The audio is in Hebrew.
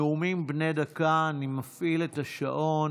נאומים בני דקה, אני מפעיל את השעון.